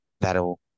that'll